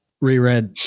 reread